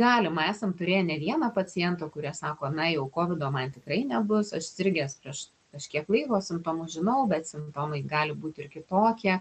galima esam turėję ne vieną pacientą kurie sako na jau kovido man tikrai nebus aš sirgęs prieš kažkiek laiko simptomus žinau bet simptomai gali būti ir kitokie